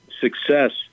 success